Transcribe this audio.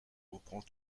reprend